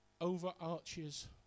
overarches